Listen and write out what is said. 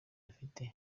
afite